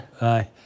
Aye